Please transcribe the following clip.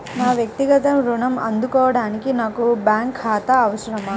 నా వక్తిగత ఋణం అందుకోడానికి నాకు బ్యాంక్ ఖాతా అవసరమా?